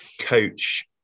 coach